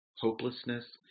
hopelessness